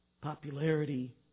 popularity